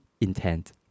Intent